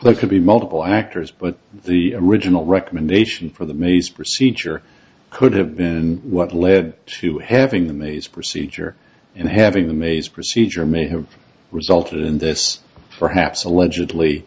but could be multiple actors but the original recommendation for the maze procedure could have been what led to having these procedure and having the maze procedure may have resulted in this perhaps allegedly